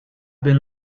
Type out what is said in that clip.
been